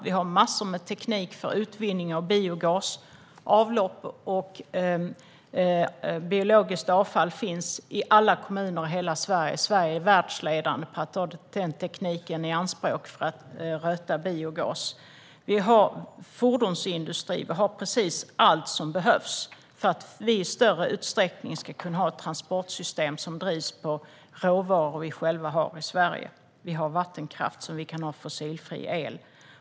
Vi har massor av teknik för utvinning av biogas - avlopp och biologiskt avfall finns i alla Sveriges kommuner - och Sverige är världsledande på att ta denna teknik i anspråk för att röta biogas. Vi har fordonsindustri. Vi har precis allt som behövs för att vi i större utsträckning ska kunna ha ett transportsystem som drivs på råvaror vi har i Sverige. Vi har vattenkraft så att vi kan ha fossilfri el.